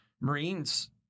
Marines